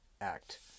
act